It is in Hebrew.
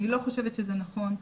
אני לא חושבת שזה נכון,